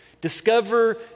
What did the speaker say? discover